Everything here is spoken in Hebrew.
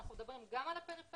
אנחנו מדברים גם על הפריפריה